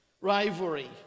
rivalry